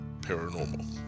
paranormal